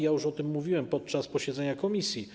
Już o tym mówiłem podczas posiedzenia komisji.